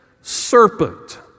serpent